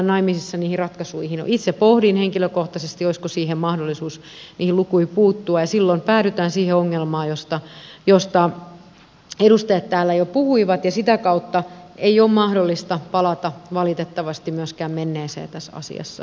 no itse pohdin henkilökohtaisesti olisiko niihin lukuihin mahdollisuus puuttua ja silloin päädytään siihen ongelmaan josta edustajat täällä jo puhuivat ja myöskään sitä kautta ei ole mahdollista palata valitettavasti menneeseen tässä asiassa